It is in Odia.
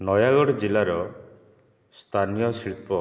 ନୟାଗଡ଼ ଜିଲ୍ଲାର ସ୍ଥାନୀୟ ଶିଳ୍ପ